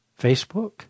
Facebook